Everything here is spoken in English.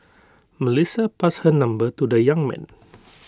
Melissa passed her number to the young man